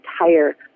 entire